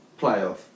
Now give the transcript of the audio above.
playoff